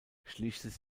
schließlich